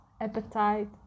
appetite